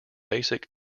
basic